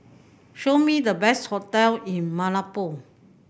show me the best hotel in Malabo